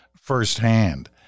firsthand